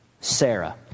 Sarah